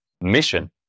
mission